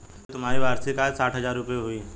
राजू तुम्हारी वार्षिक आय साठ हज़ार रूपय हुई